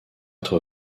être